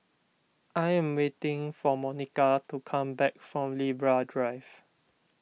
I am waiting for Monica to come back from Libra Drive